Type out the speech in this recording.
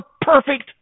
perfect